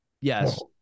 yes